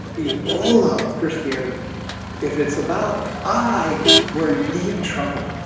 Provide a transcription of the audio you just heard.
ebola of christianity if it's about i were in deep trouble